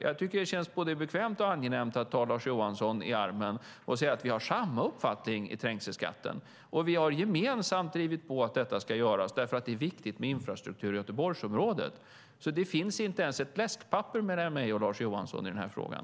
Jag tycker att det känns både bekvämt och angenämt att ta Lars Johansson i armen och säga att vi har samma uppfattning om trängselskatten, och vi har gemensamt drivit på för att detta ska göras, för det är viktigt med infrastruktur i Göteborgsområdet. Det finns alltså inte ens ett läskpapper mellan mig och Lars Johansson i den här frågan.